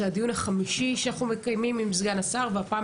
זה הדיון החמישי שאנחנו מקיימים עם סגן השר והפעם